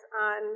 on